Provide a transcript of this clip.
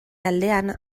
aldean